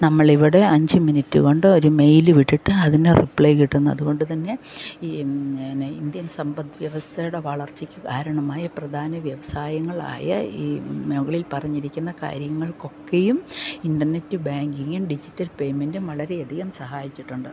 നമ്മൾ ഇവിടെ അഞ്ച് മിനിറ്റ് കൊണ്ട് ഒരു മെയിൽ വിട്ടിട്ട് അതിന് റിപ്ലൈ കിട്ടുന്നത് അതുകൊണ്ട്തന്നെ ഈ എന്നാ ഇന്ത്യൻ സമ്പത്ത് വ്യവസ്ഥയുടെ വളർച്ചയ്ക്ക് കാരണമായ പ്രധാന വ്യവസായങ്ങളായ ഈ മുകളിൽ പറഞ്ഞിരിക്കുന്ന കാര്യങ്ങൾക്കൊക്കെയും ഇൻറ്റർനെറ്റ് ബാങ്കിങ്ങും ഡിജിറ്റൽ പേയ്മെൻറ്റും വളരെയധികം സഹായിച്ചിട്ടുണ്ട്